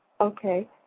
okay